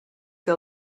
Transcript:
que